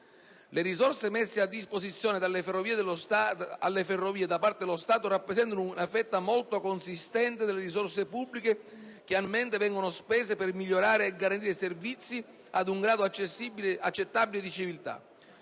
Le risorse messe a disposizione delle Ferrovie da parte dello Stato rappresentano una fetta molto consistente delle risorse pubbliche che annualmente vengono spese per migliorare e garantire servizi ad un grado accettabile di civiltà.